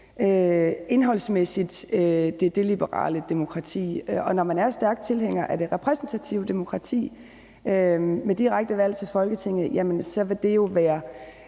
indholdsmæssigt. Og når man er stærk tilhænger af det repræsentative demokrati med direkte valg til Folketinget, vil det jo være